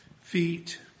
feet